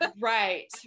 Right